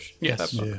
yes